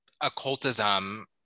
occultism